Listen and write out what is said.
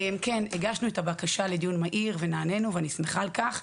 הגשנו את הבקשה לדיון מהיר ונענינו ואני שמחה על כך.